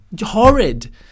horrid